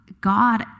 God